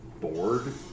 bored